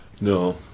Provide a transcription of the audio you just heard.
No